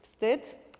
Wstyd.